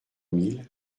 mille